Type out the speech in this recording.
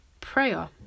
prayer